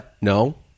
No